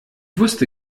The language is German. wusste